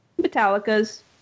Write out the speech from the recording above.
Metallica's